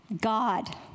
God